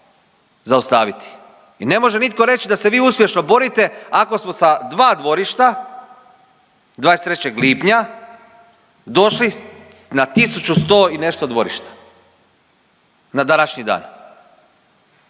zaustaviti. I ne može nitko reć da se vi uspješno borite ako smo sa dva dvorišta 23. lipnja došli na 1.100 i nešto dvorišta na današnji dan,